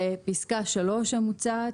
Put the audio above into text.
בפסקה (3) המוצעת.